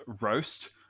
roast